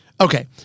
okay